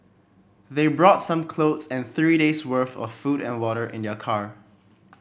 they brought some clothes and three days' worth of food and water in their car